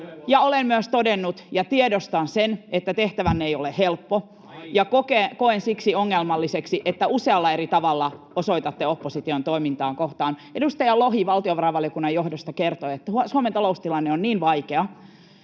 Olen myös todennut ja tiedostan sen, että tehtävänne ei ole helppo, ja koen siksi ongelmalliseksi sen, mitä usealla eri tavalla osoitatte opposition toimintaa kohtaan. Edustaja Lohi valtiovarainvaliokunnan johdosta kertoi, että Suomen taloustilanne on niin vaikea,